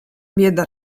bieda